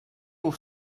aux